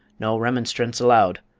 no remonstrance allowed,